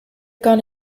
gone